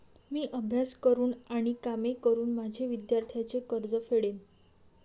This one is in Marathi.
मी अभ्यास करून आणि काम करून माझे विद्यार्थ्यांचे कर्ज फेडेन